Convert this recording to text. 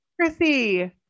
Chrissy